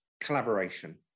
collaboration